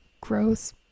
gross